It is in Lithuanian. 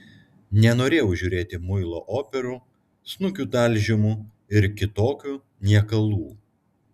nenorėjau žiūrėti muilo operų snukių talžymų ir kitokių niekalų